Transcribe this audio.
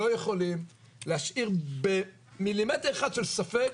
לא יכולים להשאיר במילימטר אחד של ספק,